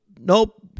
Nope